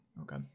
okay